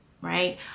right